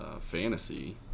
fantasy